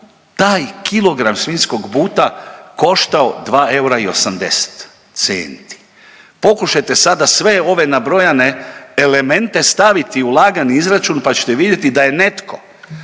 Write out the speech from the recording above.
taj kilogram svinjskog buta koštao 2 eura i 80 centi? Pokušajte sada sve ove nabrojane elemente staviti u lagani izračun pa ćete vidjeti da je netko